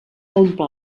omple